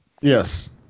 Yes